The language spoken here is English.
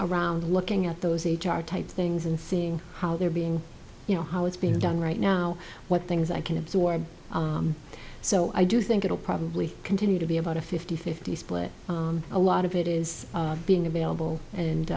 around looking at those h r type things and seeing how they're being you know how it's being done right now what things i can absorb so i do think it'll probably continue to be about a fifty fifty split on a lot of it is being available and